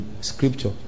scripture